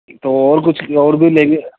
تو اور کچھ اور بھی لیں گے